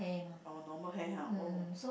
oh normal hair !huh! oh